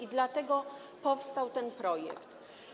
To dlatego powstał ten projekt.